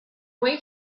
wait